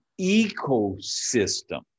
ecosystem